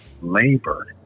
labor